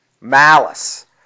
Malice